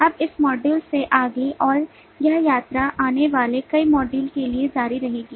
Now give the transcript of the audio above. अब इस मॉड्यूल से आगे और यह यात्रा आने वाले कई मॉड्यूल के लिए जारी रहेगी